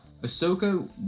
Ahsoka